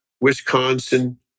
Wisconsin